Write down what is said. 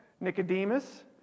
Nicodemus